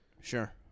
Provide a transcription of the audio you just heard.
Sure